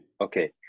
okay